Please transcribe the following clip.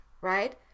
right